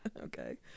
Okay